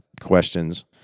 questions